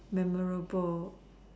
memorable